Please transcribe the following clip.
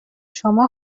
شما